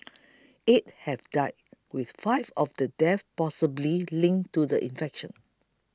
eight have died with five of the deaths possibly linked to the infection